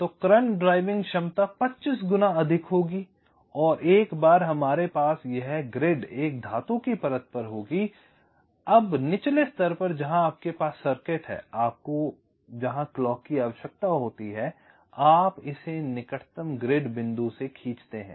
तो current driving क्षमता 25 गुना अधिक होगी और एक बार हमारे पास यह ग्रिड एक धातु की परत पर होगी अब निचले स्तर पर जहां आपके पास सर्किट हैं जहां आपको क्लॉक की आवश्यकता होती है आप इसे निकटतम ग्रिड बिंदु से खींचते हैं